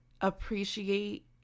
appreciate